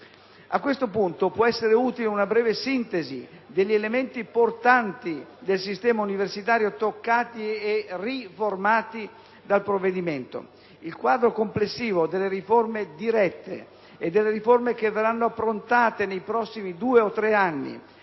A questo punto può essere utile una breve sintesi degli elementi portanti del sistema universitario toccati e riformati dal provvedimento. Il quadro complessivo delle riforme dirette e delle riforme che verranno approntate nei prossimi due o tre anni